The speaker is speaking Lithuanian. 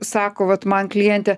sako vat man klientė